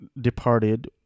departed